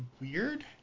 weird